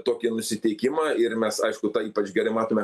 tokį nusiteikimą ir mes aišku tą ypač gerai matome